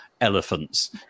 elephants